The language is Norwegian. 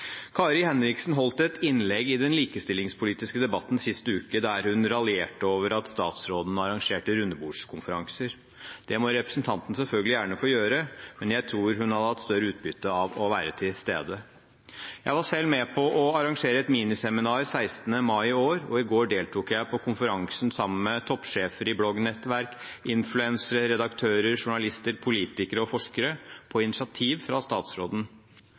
Kari Henriksen holdt et innlegg i den likestillingspolitiske debatten sist uke der hun raljerte over at statsråden arrangerte rundebordskonferanser. Det må representanten selvfølgelig gjerne få gjøre, men jeg tror hun hadde hatt større utbytte av å være til stede. Jeg var selv med på å arrangere et miniseminar 16. mai i år, og i går deltok jeg på en konferanse sammen med toppsjefer i bloggnettverk, influencere, redaktører, journalister, politikere og forskere, på initiativ fra statsråden.